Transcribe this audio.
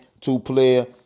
two-player